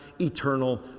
eternal